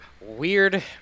weird